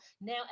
Now